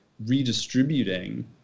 redistributing